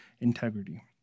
integrity